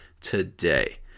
today